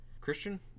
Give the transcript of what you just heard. Christian